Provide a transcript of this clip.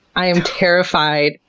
i am terrified.